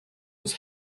was